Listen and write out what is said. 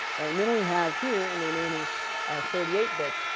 and then we have here, in the remaining thirty eight bits,